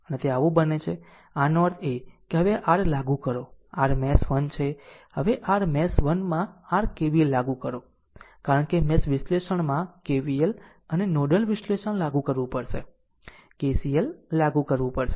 આમ તે આવું બને છે આનો અર્થ એ કે હવે r લાગુ કરો આ r મેશ 1 છે હવે r મેશ 1 માં r KVL લાગુ કરો કારણ કે મેશ વિશ્લેષણમાં KVL અને નોડલ વિશ્લેષણ લાગુ કરવું પડશે KCL લાગુ પાડવું પડશે